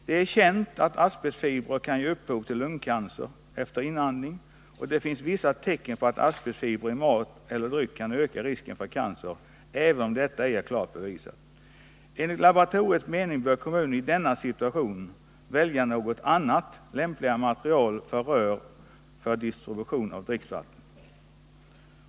Det är känt att asbestfiber kan ge upphov till lungcancer efter inandning, och det finns vissa tecken på att asbestfiber i mat eller dryck kan öka risken för cancer, även om detta ej är klart bevisat. Enligt laboratoriets mening bör kommunen i denna situation välja något annat lämpligt material för rör för distribution av dricksvatten.